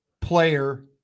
player